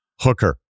Hooker